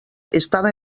estava